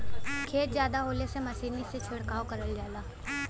खेत जादा होले से मसीनी से छिड़काव करल जाला